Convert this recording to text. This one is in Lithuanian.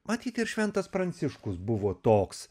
matyt ir šventas pranciškus buvo toks